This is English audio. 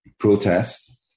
protests